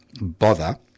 bother